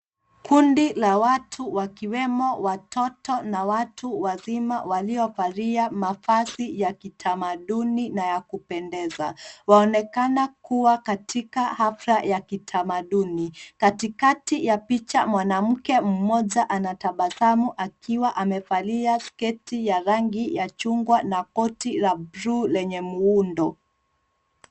Kundi la watu wakiwemo watoto na watu wazima waliovalia mavazi ya kitamaduni na ya kupendeza. Waonekana kuwa katika hafla ya kitamaduni. Katikati ya picha mwanamke mmoja anatabasamu akiwa amevalia sketi ya rangi ya chungwa na koti la buluu lenye muundo.